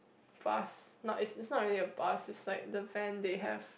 bus not it's it's not really a buses like the van they have